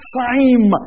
time